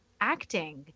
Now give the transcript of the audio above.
acting